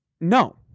No